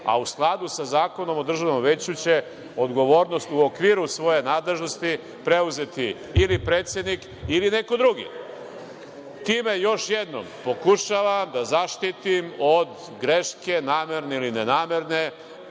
a u skladu sa Zakonom o Državnom veću će odgovornost u okviru svoje nadležnosti preuzeti ili predsednik ili neko drugi. Time, još jednom, pokušavam da zaštitim od greške, namerne ili nenamerne